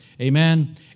Amen